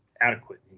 adequate